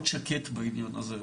מאוד שקט בענין הזה.